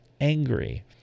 angry